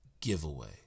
giveaway